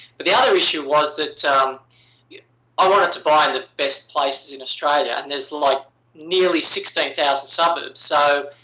but the other issue was that yeah i wanted to buy in the best places in australia and there's like nearly sixteen thousand suburbs. so,